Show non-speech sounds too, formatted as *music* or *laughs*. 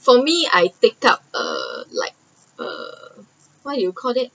*laughs* for me I take out err like err what you called it